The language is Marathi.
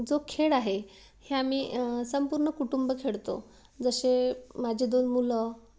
जो खेळ आहे हे आम्ही संपूर्ण कुटुंब खेळतो जसे माझे दोन मुलं